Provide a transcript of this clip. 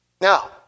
Now